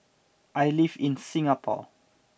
I live in Singapore